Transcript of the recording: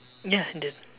ya I did